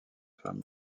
femme